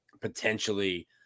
potentially